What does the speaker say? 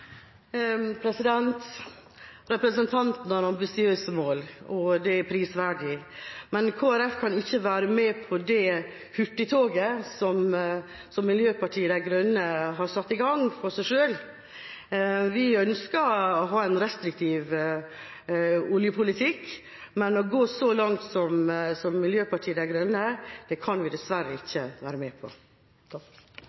Representanten har ambisiøse mål og det er prisverdig, men Kristelig Folkeparti kan ikke være med på det hurtigtoget som Miljøpartiet De Grønne har satt i gang for seg selv. Vi ønsker å ha en restriktiv oljepolitikk, men å gå så langt som Miljøpartiet De Grønne, kan vi dessverre ikke